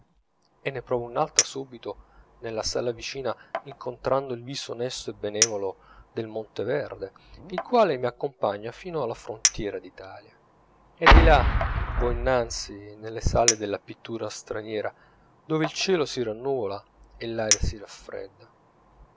e ne provo un'altra subito nella sala vicina incontrando il viso onesto e benevolo del monteverde il quale mi accompagna fino alla frontiera d'italia e di là vo innanzi nelle sale della pittura straniera dove il cielo si rannuvola e l'aria si raffredda